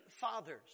fathers